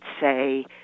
say